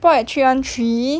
bought at three one three